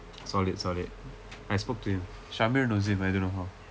solid solid I spoke to him shabir knows him I don't know how